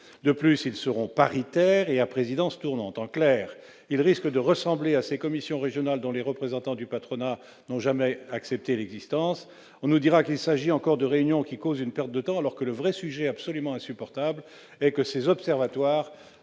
De plus, ils seront paritaires et à présidence tournante. En clair, ils risquent de ressembler à ces commissions régionales dont les représentants du patronat n'ont jamais accepté l'existence. On nous dira qu'il s'agit encore de réunions qui causent une perte de temps, alors que le vrai sujet- absolument insupportable -est que ces observatoires